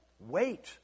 wait